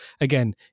again